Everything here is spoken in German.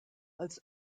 als